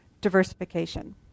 diversification